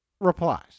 replies